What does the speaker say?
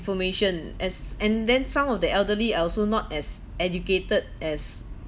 information as and then some of the elderly are also not as educated as